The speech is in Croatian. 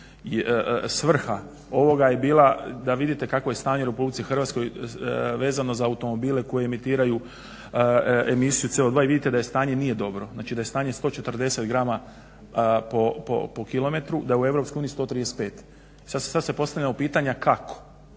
svrha ovoga je bila da vidite kakvo je stanje u Republici Hrvatskoj vezano za automobile koji emitiraju emisiju CO2 i vidite da stanje nije dobro, znači da je stanje 140 grama po kilometru, da je u Europskoj uniji 135, sad si postavljamo pitanja kako